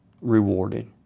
rewarded